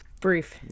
Brief